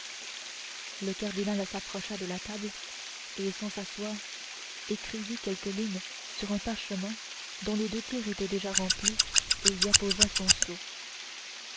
le cardinal s'approcha de la table et sans s'asseoir écrivit quelques lignes sur un parchemin dont les deux tiers étaient déjà remplis et y apposa son sceau